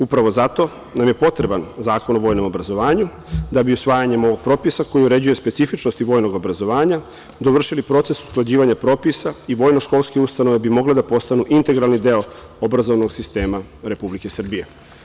Upravo zato nam je potreban Zakon o vojnom obrazovanju, da bi usvajanjem ovog propisa koji uređuje specifičnosti vojnog obrazovanja dovršili proces usklađivanja propisa i vojno školske ustanove bi mogle da postanu integralni deo obrazovnog sistema Republike Srbije.